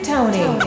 Tony